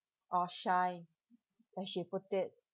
or shy when she put it